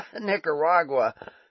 Nicaragua